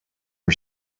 her